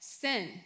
Sin